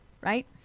right